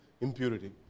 impurity